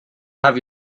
have